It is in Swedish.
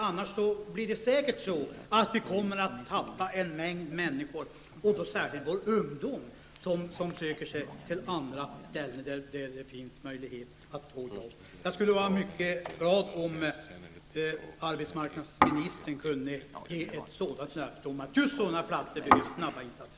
Annars tappar vi en mängd människor, och då särskilt vår ungdom, som då söker sig till andra platser där det finns möjlighet att få jobb. Jag skulle vara mycket glad om arbetsmarknadsministern kunde ge ett löfte om att på just sådana platser göra snabba insatser.